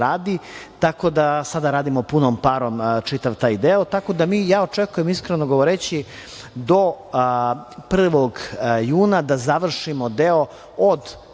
radi, tako da sada radimo punom parom čitav taj deo. Očekujem, iskreno govoreći, do 1. juna da završimo deo od